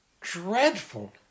dreadful